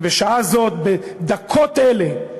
בשעה זו, בדקות אלה,